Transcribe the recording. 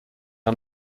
are